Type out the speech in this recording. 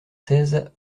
seize